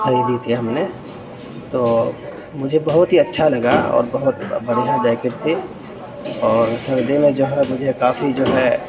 خریدی تھی ہم نے تو مجھے بہت ہی اچھا لگا اور بہت بڑھیا جیکٹ تھی اور اس میں دونوں جو ہے مجھے کافی جو ہے